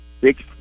six